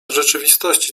rzeczywistości